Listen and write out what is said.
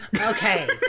Okay